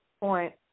point